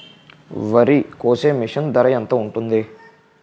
వరి కోసే మిషన్ ధర ఎంత ఉంటుంది?